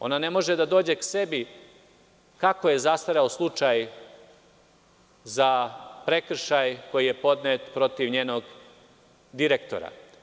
Ona ne može da dođe k sebi, kako je zastareo slučaj za prekršaj koji je podnet protiv njenog direktora.